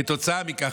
כתוצאה מכך,